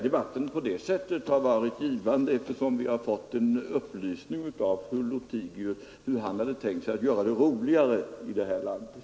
Debatten har varit givande också därigenom att vi fått en upplysning av herr Lothigius om hur han hade tänkt sig att göra det roligare i det här landet.